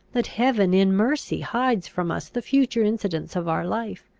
that heaven in mercy hides from us the future incidents of our life.